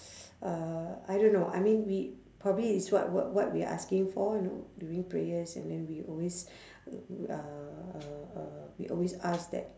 uh I don't know I mean we probably is what what what we're asking for you know during prayers and then we always uh uh uh we always ask that